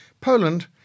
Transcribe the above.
Poland